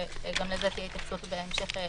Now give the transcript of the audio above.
ותהיה לכך התייחסות גם הלאה,